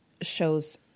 shows